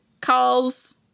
calls